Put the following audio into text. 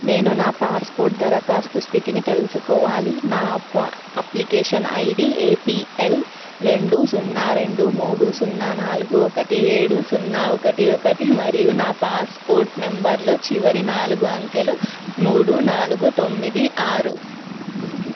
నేను నా పాస్పోర్ట్ దరఖాస్తు స్థితిని తెలుసుకోవాలి నా అప్పా అప్లికేషన్ ఐడీ ఏపీఎల్ రెండు సున్నా రెండు మూడు సున్నా నాలుగు ఒకటి ఏడు సున్నా ఒకటి ఒకటి మరియు నా పాస్పోర్ట్ నెంబర్లో చివరి నాలుగు అంకెలు మూడు నాలుగు తొమ్మిది ఆరు